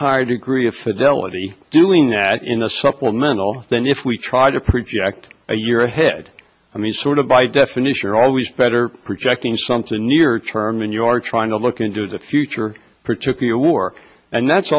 higher degree of fidelity doing that in the supplemental than if we try to project a year ahead i mean sort of by definition are always better projecting something near term and you are trying to look into the future particular war and that's